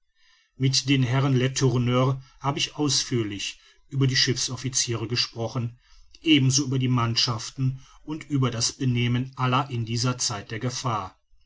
mit den herren letourneur habe ich ausführlich über die schiffsofficiere gesprochen ebenso über die mannschaften und über das benehmen aller in dieser zeit der gefahr